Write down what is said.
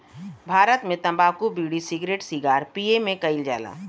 भारत मे तम्बाकू बिड़ी, सिगरेट सिगार पिए मे कइल जाला